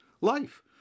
life